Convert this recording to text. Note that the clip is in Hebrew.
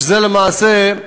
ולמעשה,